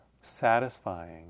satisfying